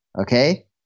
Okay